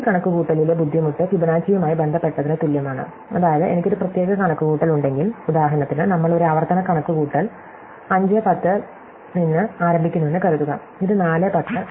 ഈ കണക്കുകൂട്ടലിലെ ബുദ്ധിമുട്ട് ഫിബൊനാച്ചിയുമായി ബന്ധപ്പെട്ടതിന് തുല്യമാണ് അതായത് എനിക്ക് ഒരു പ്രത്യേക കണക്കുകൂട്ടൽ ഉണ്ടെങ്കിൽ ഉദാഹരണത്തിന് നമ്മൾ ഒരു ആവർത്തന കണക്കുകൂട്ടൽ 510 ത്തിൽ നിന്ന് ആരംഭിക്കുന്നുവെന്ന് കരുതുക ഇത് 410 59 ആവശ്യപ്പെടും